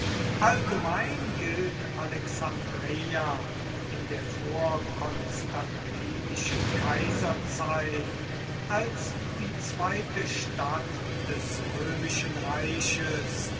allgemein gilt alexandreia in der vorkonstantinischen kaiserzeit als die zweite stadt des römischen reiches